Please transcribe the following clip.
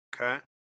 Okay